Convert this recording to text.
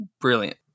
brilliant